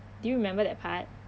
do you remember that part